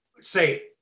say